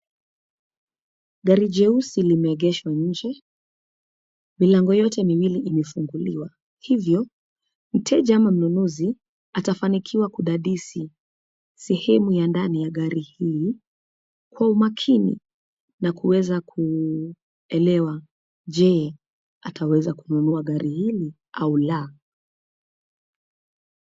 Gari jeusi limeegeshwa nje. Milango yote miwili imefunguliwa, hivyo mteja ama mnunuzi atafanikiwa kudadisi sehemu ya ndani ya gari hii kwa umakini na kuweza kuelewa je? Ataweza kununua gari hili, au la?